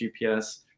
GPS